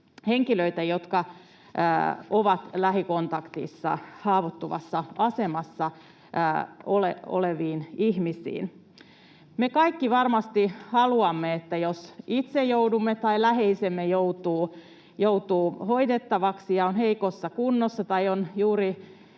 henkilöitä, jotka ovat lähikontaktissa haavoittuvassa asemassa oleviin ihmisiin. Me kaikki varmasti haluamme, jos itse joudumme tai läheisemme joutuu hoidettavaksi ja on heikossa kunnossa tai on juuri